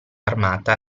armata